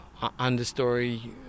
understory